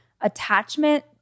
attachment